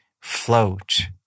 float